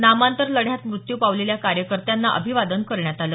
नामांतर लढ्यात मृत्यू पावलेल्या कार्यकर्त्यांना अभिवादन करण्यात आलं